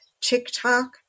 TikTok